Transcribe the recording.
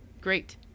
great